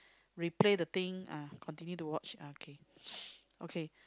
replay the thing ah continue to watch ah okay okay